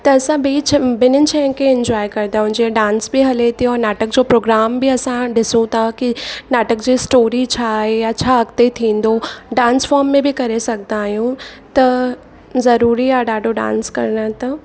त असां ॿई छइ ॿिन्ही शयुनि खे इंजॉय कंदा आहियूं जीअं डांस बि हले थी और नाटक जो प्रोग्राम बि असां ॾिसूं था कि नाटक जे स्टोरी छा आहे या छा अॻिते थींदो डांस फॉर्म में बि करे सघंदा आहियूं त ज़रूरी आहे ॾाढो डांस करणु त